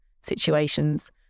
situations